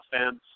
offense